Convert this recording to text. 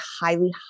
highly